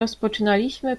rozpoczynaliśmy